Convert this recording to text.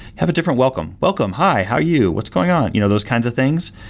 have a different welcome. welcome, hi, how you? what's going on? you know those kinds of things.